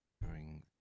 bring